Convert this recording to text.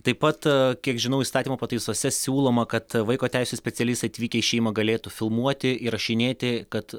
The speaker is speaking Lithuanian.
taip pat kiek žinau įstatymo pataisose siūloma kad vaiko teisių specialistai atvykę į šeima galėtų filmuoti įrašinėti kad